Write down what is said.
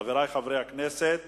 בעד, 16,